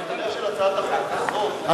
במקרה של הצעת החוק הזאת, הממשלה,